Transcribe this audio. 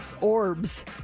orbs